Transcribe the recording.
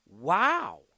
wow